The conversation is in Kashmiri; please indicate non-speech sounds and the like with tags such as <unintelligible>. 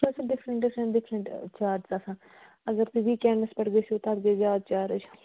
<unintelligible> ڈِفرنٛٹ ڈِفرنٛٹ ڈِفرنٛٹ چارجِز آسان اَگر تُہۍ ویٖکٮ۪نڈَس پٮ۪ٹھ گٔژھِو تَتھ گژھِ زیادٕ چارٕج